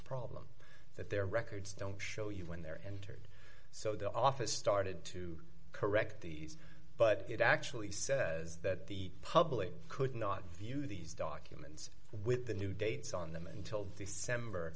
problem that their records don't show you when they're entered so the office started to correct these but it actually says that the public could not view these documents with the new dates on them until december